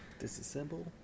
Disassemble